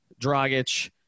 Dragic